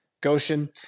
Goshen